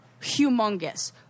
humongous